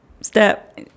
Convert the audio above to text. step